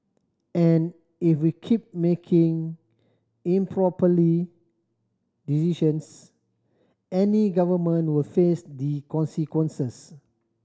and if we keep making improperly decisions any government will face the consequences